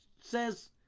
says